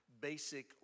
basic